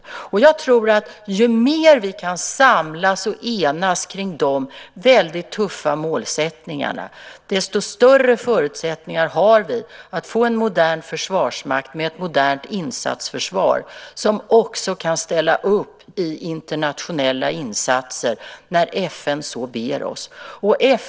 Jag tror att ju mer vi kan samlas och enas kring de väldigt tuffa målsättningarna, desto större förutsättningar har vi att få en modern försvarsmakt med ett modernt insatsförsvar, som också kan ställa upp i internationella insatser när FN ber oss.